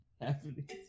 happening